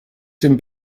dem